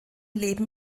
leben